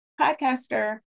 podcaster